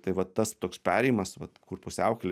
tai va tas toks perėjimas vat kur pusiaukelė